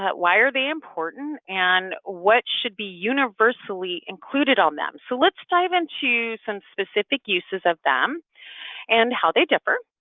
but why are they important and what should be universally included on them, so let's dive into some specific uses of them and how they differ.